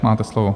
Máte slovo.